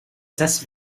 zes